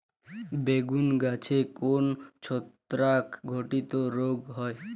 বেগুন গাছে কোন ছত্রাক ঘটিত রোগ হয়?